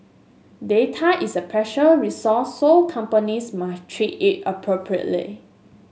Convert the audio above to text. data is a precious resource so companies must treat it appropriately